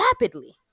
rapidly